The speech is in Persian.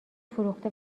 فروخته